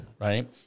right